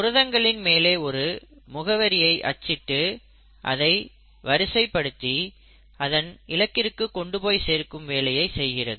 புரதங்களின் மேலே ஒரு முகவரியை அச்சிட்டு அதை வரிசைப்படுத்தி அதன் இலக்கிற்கு கொண்டு போய் சேர்க்கும் வேலையை செய்கிறது